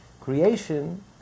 Creation